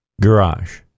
Garage